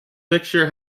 fixture